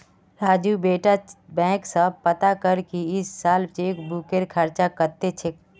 राजू बेटा बैंक स पता कर की इस साल चेकबुकेर खर्च कत्ते छेक